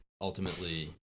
ultimately